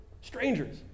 strangers